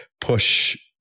push